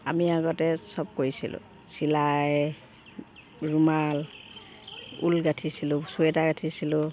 আমি আগতে চব কৰিছিলোঁ চিলাই ৰুমাল ঊণ গাঠিছিলোঁ চুৱেটাৰ গাঁঠিছিলোঁ